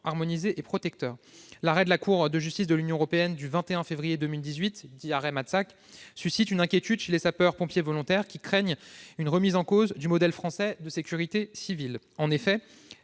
harmonisés et protecteurs. L'arrêt de la Cour de justice de l'Union européenne du 21 février 2018, dit « arrêt Matzak », suscite une inquiétude chez les sapeurs-pompiers volontaires, qui craignent une remise en cause du modèle français de sécurité civile. En effet,